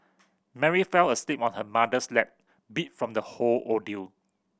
Mary fell asleep on her mother's lap beat from the whole ordeal